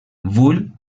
bull